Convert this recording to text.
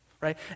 right